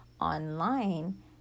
online